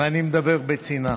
ואני מדבר בצנעה.